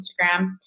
Instagram